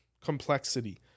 complexity